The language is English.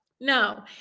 no